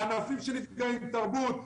לענפים שנפגעים: תרבות,